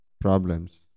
problems